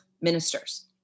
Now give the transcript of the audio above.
ministers